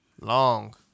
Long